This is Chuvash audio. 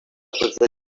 пырса